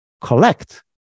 collect